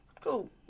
cool